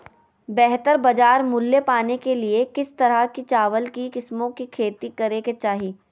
बेहतर बाजार मूल्य पाने के लिए किस तरह की चावल की किस्मों की खेती करे के चाहि?